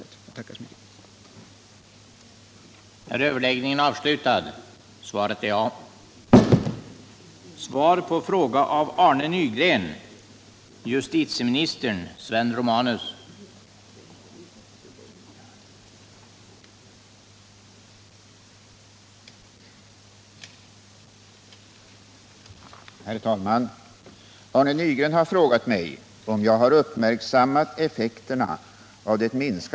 Jag tackar än en gång för svaret.